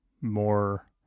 more